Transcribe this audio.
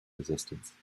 resistance